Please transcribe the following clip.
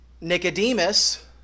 Nicodemus